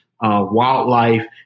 wildlife